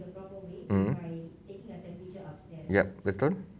mm yup betul